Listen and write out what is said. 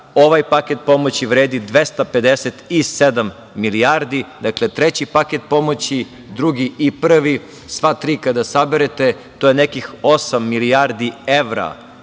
Ovaj paket pomoći vredi 257 milijardi. Dakle, treći paket pomoći drugi i prvi, sva tri kada saberete to je nekih osam milijardi evra